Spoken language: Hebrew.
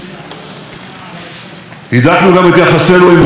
סגן ראש ממשלת רוסיה היה פה בשבוע שעבר במפגש